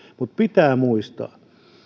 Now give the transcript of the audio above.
mutta pitää muistaa